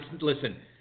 Listen